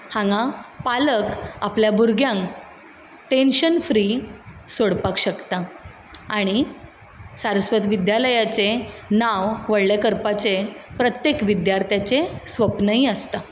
हांगा पालक आपल्या भुरग्यांक टेंशन फ्री सोडपाक शकता आनी सारस्वत विद्यालयाचें नांव व्हडलें करपाचें प्रत्येक विद्यार्थ्यांचें स्वप्नूय आसता